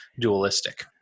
dualistic